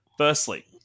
Firstly